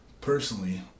personally